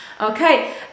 okay